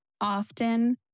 Often